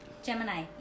Gemini